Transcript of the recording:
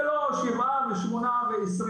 זה לא שבעה ושמונה ו-20.